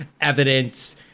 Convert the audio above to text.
evidence